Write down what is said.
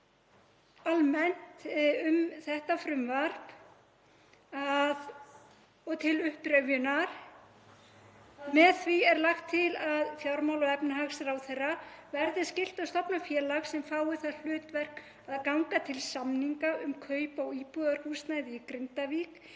almennt um þetta frumvarp og til upprifjunar að með því er lagt til að fjármála- og efnahagsráðherra verði skylt að stofna félag sem fái það hlutverk að ganga til samninga um kaup á íbúðarhúsnæði í Grindavík